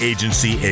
Agency